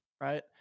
Right